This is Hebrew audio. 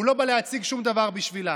הוא לא בא להציג שום דבר בשבילם.